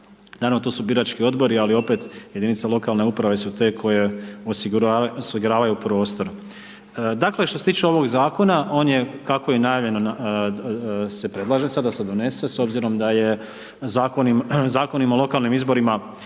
Naravno, tu su birački odbori, ali opet jedinice lokalne samouprave su te koji osiguravaju prostor. Što se tiče ovog zakona, on je kako je najavljen, se predlaže, sada se donese, s obzirom da je zakonima o lokalnim izborima,